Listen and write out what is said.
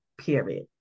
Period